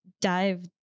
dive